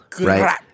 right